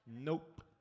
Nope